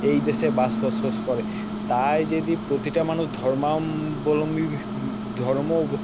এই দেশে বসবাস করে তাই যদি প্রতিটা মানুষ ধর্মাম্বলম্বী ধর্ম